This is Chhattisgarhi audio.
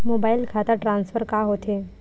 मोबाइल खाता ट्रान्सफर का होथे?